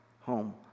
home